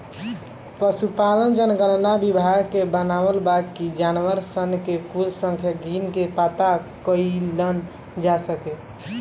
पसुपालन जनगणना विभाग के बनावल बा कि जानवर सन के कुल संख्या गिन के पाता कइल जा सके